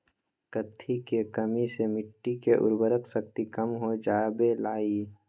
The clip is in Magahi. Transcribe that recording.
कथी के कमी से मिट्टी के उर्वरक शक्ति कम हो जावेलाई?